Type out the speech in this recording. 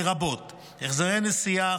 לרבות החזרי נסיעות,